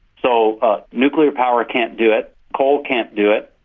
so nuclear power can't do it, coal can't do it,